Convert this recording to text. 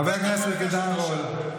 חבר הכנסת עידן רול.